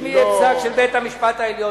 אם יהיה פסק של בית-המשפט העליון,